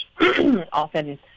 often